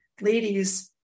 ladies